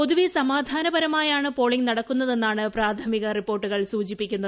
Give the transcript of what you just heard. പൊതുവെ സമാധനപരമായാണ് പോളിംഗ് നടക്കുന്നതെന്നാണ് പ്രാഥമിക റിപ്പോർട്ടുകൾ സൂചിപ്പിക്കുന്നത്